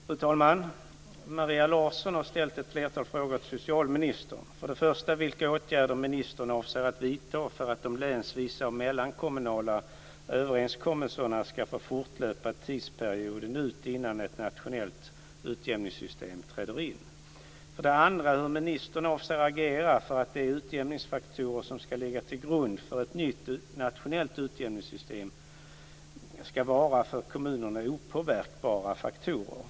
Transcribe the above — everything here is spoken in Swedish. Fru talman! Maria Larsson har ställt ett flertal frågor till socialministern. För det första vilka åtgärder ministern avser att vidta för att de länsvisa och mellankommunala överenskommelserna ska få fortlöpa tidsperioden ut innan ett nationellt utjämningssystem träder in. För det andra hur ministern avser att agera för att de utjämningsfaktorer som ska ligga till grund för ett nytt nationellt utjämningssystem ska vara för kommunerna opåverkbara faktorer.